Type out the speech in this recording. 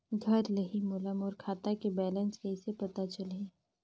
घर ले ही मोला मोर खाता के बैलेंस कइसे पता चलही?